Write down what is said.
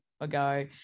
ago